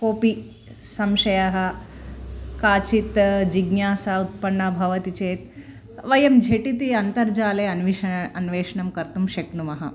कोऽपि संशयः काचित् जिज्ञासा उत्पन्ना भवति चेत् वयं झटिति अन्तर्जाले अन्विष्य अन्वेषणं कर्तुं शक्नुमः